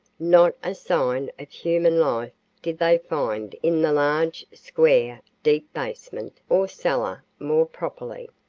not a sign of human life did they find in the large, square, deep basement, or cellar, more properly.